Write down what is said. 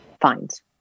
fines